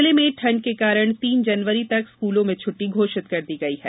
जिले में ठंड के कारण तीन जनवरी तक स्कूलों में छट्टटी घोषित कर दी गई है